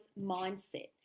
mindset